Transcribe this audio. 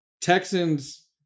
Texans